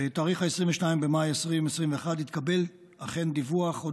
בתאריך 22 במאי 2021 התקבל דיווח על